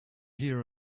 hear